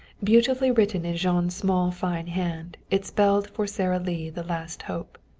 beautifully written in jean's small fine hand, it spelled for sara lee the last hope.